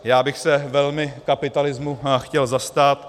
Já bych se velmi kapitalismu chtěl zastat.